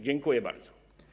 Dziękuję bardzo.